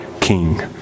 king